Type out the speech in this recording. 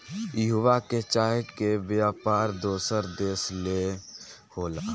इहवां के चाय के व्यापार दोसर देश ले होला